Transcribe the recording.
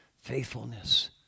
Faithfulness